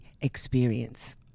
experience